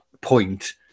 point